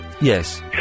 yes